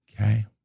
Okay